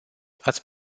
ați